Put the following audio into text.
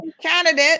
candidate